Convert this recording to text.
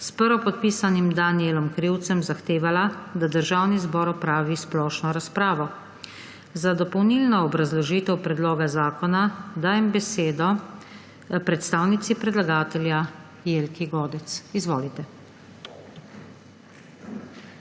s prvopodpisanim Danijelom Krivcem zahtevala, da Državni zbor opravi splošno razpravo. Za dopolnilno obrazložitev predloga zakona dajem besedo predstavnici predlagatelja Jelki Godec. Izvolite.